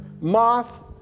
moth